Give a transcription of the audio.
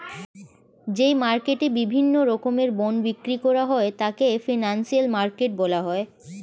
যে মার্কেটে বিভিন্ন রকমের বন্ড বিক্রি করা হয় তাকে ফিনান্সিয়াল মার্কেট বলা হয়